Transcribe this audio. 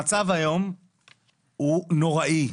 המצב היום הוא נוראי,